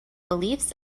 beliefs